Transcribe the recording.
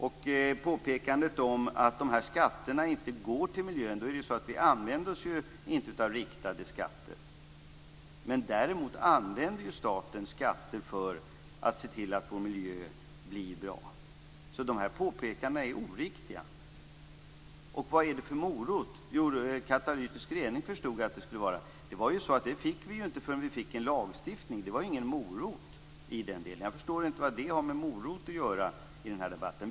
Det påpekandes att skatterna inte går till miljön. Vi använder oss inte av riktade skatter. Däremot använder staten skatter för att se till att vår miljö blir bra. Dessa påpekanden är oriktiga. Vilken morot skulle det vara? Jag förstod att det skulle vara katalytisk rening. Det fick vi inte förrän vi fick en lagstiftning. Det var ingen morot i den delen. Jag förstår inte vad det har med morot att göra i den här debatten.